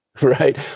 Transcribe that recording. Right